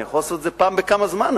אני יכול לעשות את זה פעם בכמה זמן,